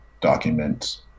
document